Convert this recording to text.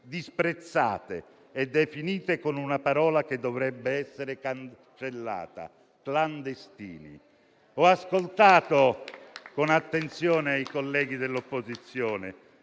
disprezzate e definite con una parola che dovrebbe essere cancellata: clandestini. Ho ascoltato con attenzione i colleghi dell'opposizione